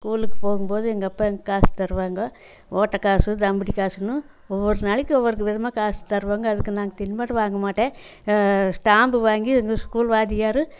ஸ்கூலுக்கு போகும்போது எங்கள் அப்பா காசு தருவாங்க ஓட்டை காசு தம்புடி காசுன்னு ஒவ்வொரு நாளைக்கு ஒவ்வொரு விதமாக காசு தருவாங்க அதுக்கு நான் தின்பண்டம் வாங்கமாட்டேன் ஸ்டாம்பு வாங்கி எங்கள் ஸ்கூல் வாத்தியார்